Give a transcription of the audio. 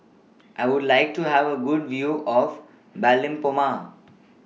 I Would like to Have A Good View of